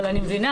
אבל אני מבינה,